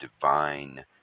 divine